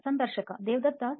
ಸಂದರ್ಶಕದೇವದತ್ Das